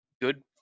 good